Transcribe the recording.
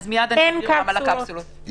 אין קפסולות באמת.